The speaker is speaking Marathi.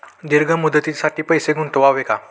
दीर्घ मुदतीसाठी पैसे गुंतवावे का?